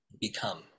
become